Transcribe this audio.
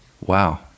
wow